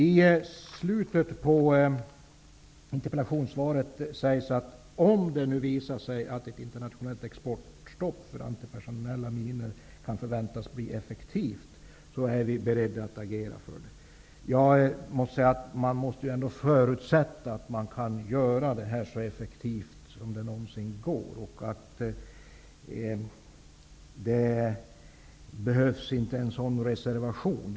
I slutet av interpellationssvaret sägs att om det visar sig att ett internationellt exportstopp för antipersonella minor förväntas bli effektivt, är vi beredda att agera för det. Man måste ändå förutsätta att man kan göra detta stopp så effektivt som det någonsin går. En sådan här reservation behövs inte.